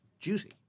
duty